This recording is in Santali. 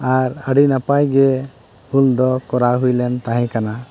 ᱟᱨ ᱟᱹᱰᱤ ᱱᱟᱯᱟᱭᱜᱮ ᱦᱩᱞᱫᱚ ᱠᱚᱨᱟᱣ ᱦᱩᱭᱞᱮᱱ ᱛᱟᱦᱮᱸ ᱠᱟᱱᱟ